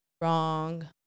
wrong